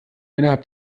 innerhalb